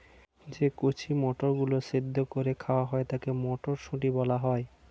যে কচি মটরগুলো সেদ্ধ করে খাওয়া যায় তাকে মটরশুঁটি বলা হয়